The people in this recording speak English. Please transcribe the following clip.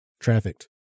trafficked